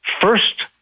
first